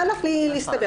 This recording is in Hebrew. מה לכם שם.